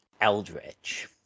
eldritch